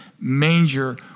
manger